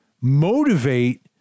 motivate